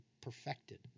perfected